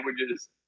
languages